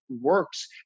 works